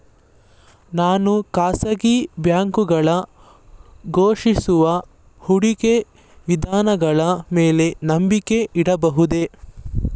ನಾನು ಖಾಸಗಿ ಬ್ಯಾಂಕುಗಳು ಘೋಷಿಸುವ ಹೂಡಿಕೆ ವಿಧಾನಗಳ ಮೇಲೆ ನಂಬಿಕೆ ಇಡಬಹುದೇ?